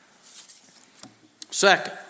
Second